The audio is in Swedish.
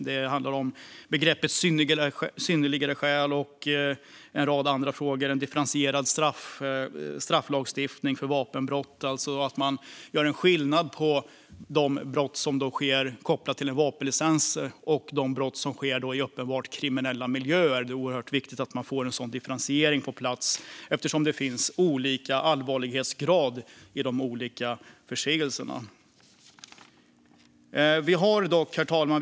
Det handlar om begreppet "synnerliga skäl" och en rad andra frågor, bland annat en differentierad strafflagstiftning för vapenbrott, vilket innebär att man gör skillnad på de brott som sker kopplat till en vapenlicens och de brott som sker i uppenbart kriminella miljöer. Det är oerhört viktigt att man får en sådan differentiering på plats, eftersom det finns olika allvarlighetsgrad i de olika förseelserna. Herr talman!